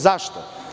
Zašto?